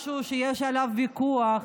משהו שיש עליו ויכוח,